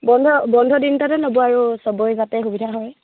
বন্ধ বন্ধ দিন এটাতে ল'ব আৰু সবৰে যাতে সুবিধা হয়